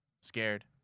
scared